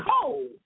cold